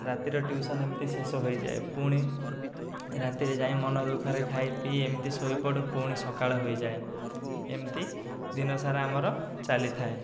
ରାତିର ଟ୍ୟୁସନ୍ ଏମିତି ଶେଷ ହୋଇଯାଏ ପୁଣି ରାତିରେ ଯାଇ ମନ ଦୁଃଖରେ ଖାଇ ପିଇ ଏମିତି ଶୋଇପଡ଼ୁ ପୁଣି ସକାଳ ହୋଇଯାଏ ଏମିତି ଦିନସାରା ଆମର ଚାଲିଥାଏ